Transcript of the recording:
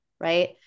right